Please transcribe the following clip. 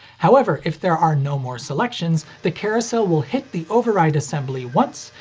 however, if there are no more selections, the carousel will hit the override assembly once,